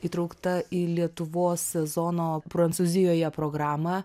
įtraukta į lietuvos sezono prancūzijoje programą